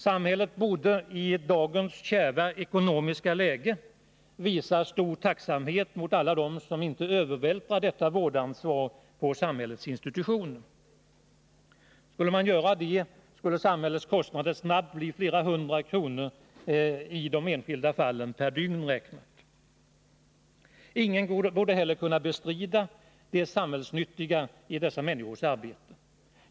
Samhället borde i dagens kärva ekonomiska läge visa stor tacksamhet mot alla dem som inte övervältrar detta vårdansvar på samhällets institutioner. Skulle man göra det skulle samhällets kostnader snabbt bli flera hundra kronor per dygn i de enskilda fallen. Ingen borde heller kunna bestrida det samhällsnyttiga i dessa människors arbete.